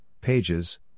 pages